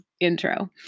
intro